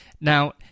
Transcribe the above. Now